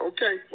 Okay